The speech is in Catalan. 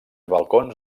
balcons